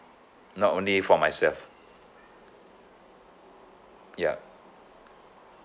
not only for myself ya